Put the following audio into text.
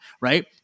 right